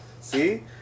See